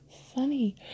funny